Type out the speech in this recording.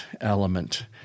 element